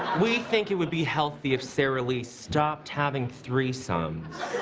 we think it would be healthy if sara lee stopped having threesomes.